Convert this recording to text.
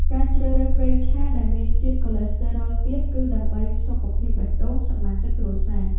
ការជ្រើសរើសប្រេងឆាដែលមានជាតិកូឡេស្តេរ៉ុលទាប គឺដើម្បីសុខភាពបេះដូងសមាជិកគ្រួសារ។